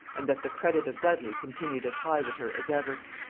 and that the credit of dudley continued as high with her as ever.